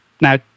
Now